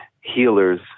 healers